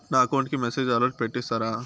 నా అకౌంట్ కి message alert పెట్టిస్తారా